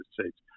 States